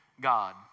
God